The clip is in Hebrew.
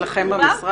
במשרד?